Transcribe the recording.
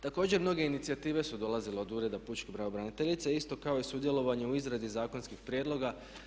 Također mnoge inicijative su dolazile od ureda pučke pravobraniteljice, isto kao i sudjelovanje u izradi zakonskih prijedloga.